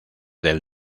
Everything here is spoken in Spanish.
del